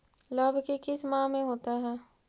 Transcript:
लव की किस माह में होता है?